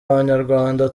abanyarwanda